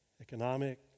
economic